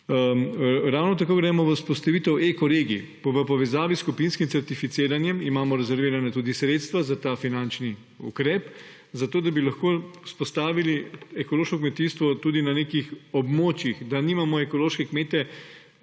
Ravno tako gremo v vzpostavitev ekoregij. V povezavi s skupinskim certificiranjem imamo rezervirana tudi sredstva za ta finančni ukrep, zato da bi lahko vzpostavili ekološko kmetijstvo tudi na nekih območjih, da nimamo ekoloških kmetov